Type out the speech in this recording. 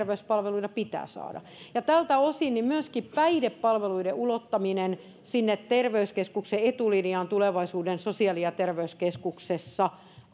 veyspalveluja pitää saada ja tältä osin myöskin päihdepalvelujen ulottaminen sinne terveyskeskuksen etulinjaan tulevaisuuden sosiaali ja terveyskeskuksessa